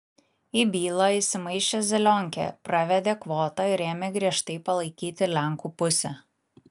į bylą įsimaišė zelionkė pravedė kvotą ir ėmė griežtai palaikyti lenkų pusę